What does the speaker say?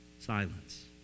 Silence